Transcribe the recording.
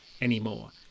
anymore